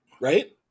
right